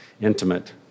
intimate